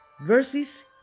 verses